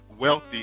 wealthy